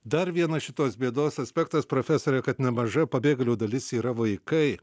dar vienas šitos bėdos aspektas profesore kad nemaža pabėgėlių dalis yra vaikai